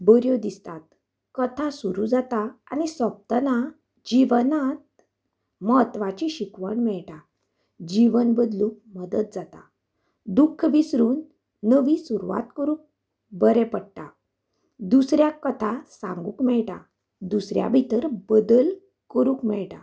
बऱ्यो दिसतात कथा सुरू जाता आनी सोंपतना जिवनात म्हत्वाची शिकवण मेळटा जिवन बदलूंक मदत जाता दुख्ख विसरून नवी सुरवात करूंक बरें पडटा दुसऱ्याक कथा सांगूक मेळटा दुसऱ्या भितर बदल करूंक मेळटा